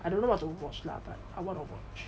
I don't know what to watch lah but I want to watch